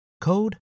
code